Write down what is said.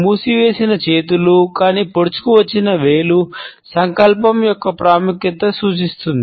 మూసివేసిన చేతులు కానీ పొడుచుకు వచ్చిన వేలు సంకల్పం మరియు ప్రాముఖ్యత సూచిస్తుంది